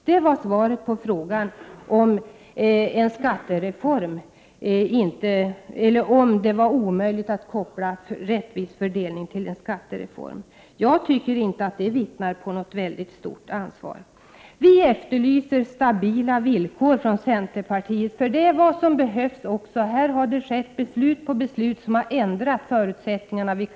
Det är hans svar på frågan om det är omöjligt att koppla en rättvis fördelning till en skattereform. Jag tycker inte att det vittnar om ett stort ansvar. Centerpartiet efterlyser stabila villkor, därför att det är vad som behövs. Här har beslut på beslut som har ändrat förutsättningarna fattats.